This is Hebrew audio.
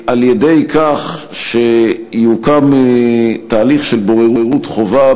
על-ידי כך שיוקם תהליך של בוררות חובה,